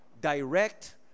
direct